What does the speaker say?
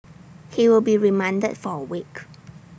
he will be remanded for A week